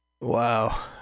Wow